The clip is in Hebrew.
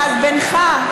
אז בינך,